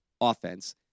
offense